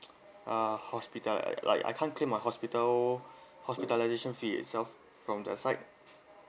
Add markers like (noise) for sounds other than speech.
(noise) uh hospital like I can't claim my hospital hospitalisation fee itself from that side